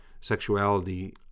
sexuality